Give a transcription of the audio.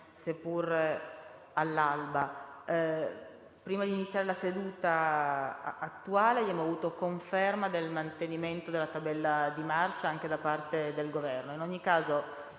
seppure all'alba. Prima di iniziare la seduta odierna abbiamo avuto conferma del mantenimento della tabella di marcia anche da parte del Governo.